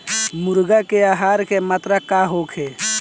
मुर्गी के आहार के मात्रा का होखे?